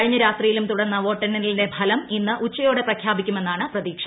കഴിഞ്ഞ രാത്രിയിലും തുടർന്ന വോട്ടെണ്ണലിന്റെ ഫലം ഇന്ന് ഉച്ചയോടെ പ്രഖ്യാപിക്കുമെന്നാണ് പ്രതീക്ഷ